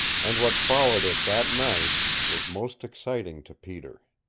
and what followed it that night was most exciting to peter.